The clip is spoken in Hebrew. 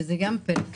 שזו גם פריפריה,